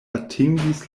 atingis